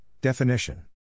Definition